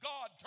God